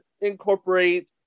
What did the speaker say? incorporate